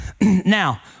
Now